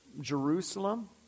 Jerusalem